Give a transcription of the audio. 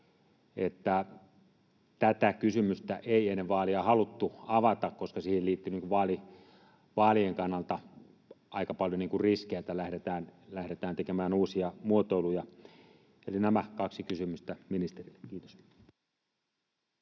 tätä kysymystä ei ennen vaaleja haluttu avata, koska siihen liittyi vaalien kannalta aika paljon riskejä, että lähdetään tekemään uusia muotoiluja. Eli nämä kaksi kysymystä ministerille. — Kiitos.